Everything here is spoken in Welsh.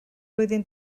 flwyddyn